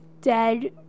dead